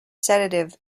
sedative